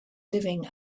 living